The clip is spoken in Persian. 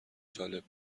جالب